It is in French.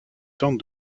tente